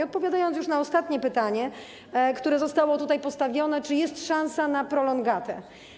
Odpowiadając już na ostatnie pytanie, które zostało tutaj postawione, czy jest szansa na prolongatę.